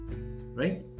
right